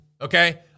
Okay